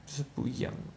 就是不一样